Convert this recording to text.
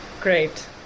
great